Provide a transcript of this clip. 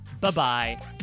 bye-bye